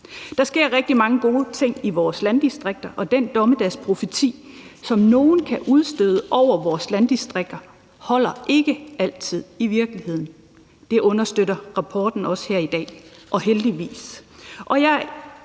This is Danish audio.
Der sker rigtig mange gode ting i vores landdistrikter, og den dommedagsprofeti, som nogle kan udstede over vores landdistrikter, holder ikke altid i virkeligheden, og det understøtter redegørelsen her i dag heldigvis